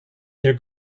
their